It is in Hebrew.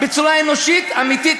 בצורה אנושית, אמיתית.